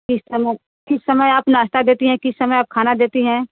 किस समय किस समय आप नाश्ता देती हैं किस समय आप खाना देती हैं